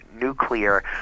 nuclear